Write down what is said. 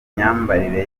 imyambarire